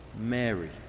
mary